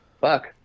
Fuck